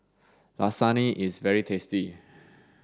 Lasagne is very tasty